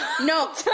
No